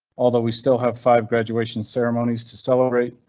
although we still have five graduation ceremonies to celebrate,